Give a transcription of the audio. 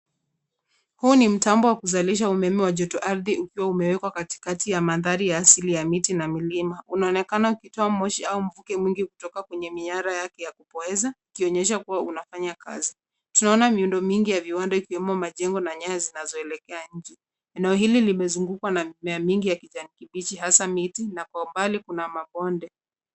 Huu ni mtambo wa kuzalisha umeme wa joto ardhi ukiwa umewekwa katikati ya mandhari ya asili ya miti na milima. Unaonekana ukitoa moshi au mvuke mwingi kutoka kwenye miara yake ya kupoeza, ukionyesha kuwa unafanya kazi. Tunaona miundo mingi ya viwanda ikiwemo majengo na nyaya zinazoelekea nje. Eneo hili limezungukwa na mimea mingi ya kijani kibichi hasa miti na kwa umbali kuna mabonde.